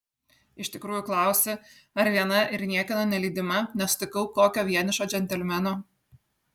iš tikrųjų klausi ar viena ir niekieno nelydima nesutikau kokio vienišo džentelmeno